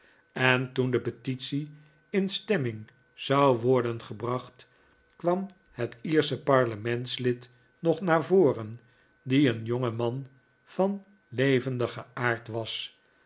en toen de petitie in stemming zou worden gebracht kwam het iersche parlementslid nog naar voren die een jongeman van levendigen